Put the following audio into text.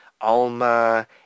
Alma